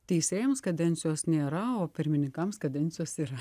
teisėjams kadencijos nėra o pirmininkams kadencijos yra